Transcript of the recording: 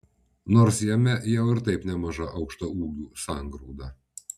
nors jame jau ir taip nemaža aukštaūgių sangrūda